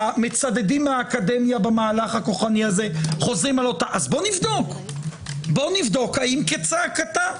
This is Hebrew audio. המצדדים מהאקדמיה במהלך הכוחני הזה חוזרים בוא נבדוק האם כצעקתה.